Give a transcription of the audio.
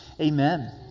amen